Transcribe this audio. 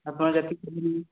ଆପଣ ଯେତିକି